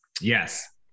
Yes